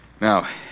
Now